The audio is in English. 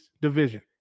division